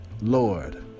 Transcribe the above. Lord